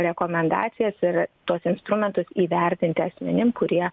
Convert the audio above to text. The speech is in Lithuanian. rekomendacijas ir tuos instrumentus įvertinti asmenim kurie